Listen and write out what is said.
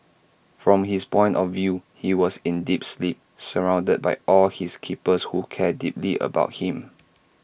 from his point of view he was in deep sleep surrounded by all his keepers who care deeply about him